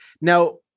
Now